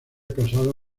casado